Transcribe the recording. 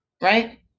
right